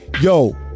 yo